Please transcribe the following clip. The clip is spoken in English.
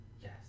yes